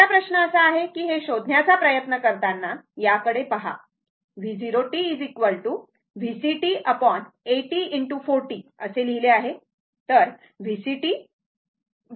आता प्रश्न असा आहे की हे शोधण्याचा प्रयत्न करताना याकडे पहा V0t VCt 80 ✕ 40 लिहिले आहे